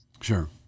Sure